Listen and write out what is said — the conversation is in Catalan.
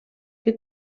que